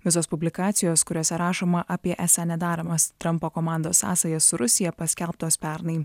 visos publikacijos kuriose rašoma apie esą nederamas trumpo komandos sąsajas su rusija paskelbtos pernai